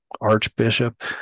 Archbishop